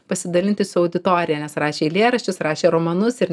pasidalinti su auditorija nes rašė eilėraščius rašė romanus ir